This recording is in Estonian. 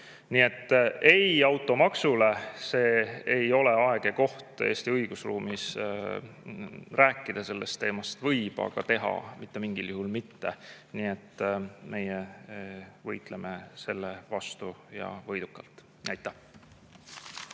Nii et ei automaksule, see ei ole aeg ja koht Eesti õigusruumis. Rääkida sellest teemast võib, aga teha [ei tohi] seda mitte mingil juhul. Nii et meie võitleme selle vastu, ja võidukalt. Aitäh!